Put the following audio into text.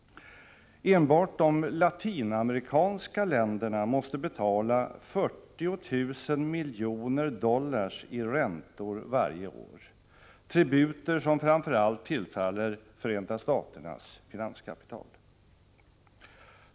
Enbart de latinamerikanska länderna måste betala 40 000 miljoner dollar i räntor varje år, tributer som framför allt tillfaller Förenta staternas finanskapital.